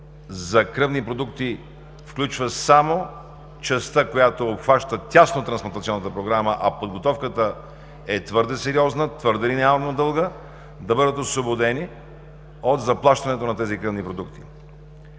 за кръвни продукти включва само частта, която обхваща тясно транспланттационната програма, а подготовката е твърде сериозна, твърде линеарно дълга, да бъдат освободени от заплащането на тези кръвни продукти.